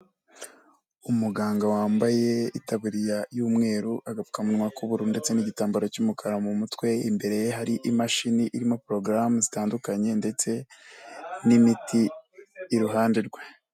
Umuganga wambaye itaba y'umweru, agapfukawa k'uburu ndetse n'igitambaro cy'umukara mu mutwe, imbere ye hari imashini irimo porogaramu zitandukanye ndetse n'imiti iruhande rwe.